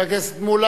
חבר הכנסת מולה,